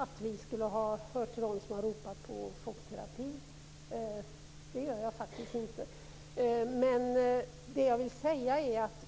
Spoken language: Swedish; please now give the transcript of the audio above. Fru talman! Jag känner inte igen att vi skulle ha hört till dem som ropade på chockterapi.